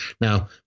now